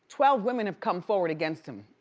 twelve women have come forward against him.